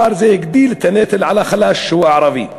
פער זה הגדיל את הנטל על החלש שהוא ערבי.